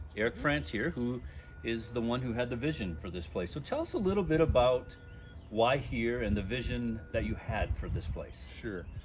eric frantz here who is the one who had the vision for this place. so tell us a little bit about why here and the vision you had for this place. sure.